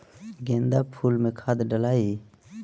गेंदा फुल मे खाद डालाई?